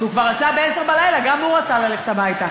כי בעשר בלילה גם הוא רצה ללכת הביתה.